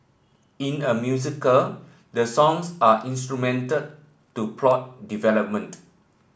in a musical the songs are instrumental to plot development